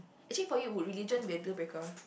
actually for you would religion be a deal breaker